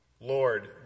Lord